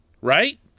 Right